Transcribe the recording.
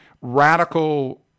radical